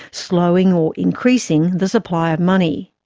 slowing or increasing the supply of money.